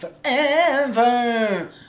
forever